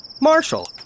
Marshall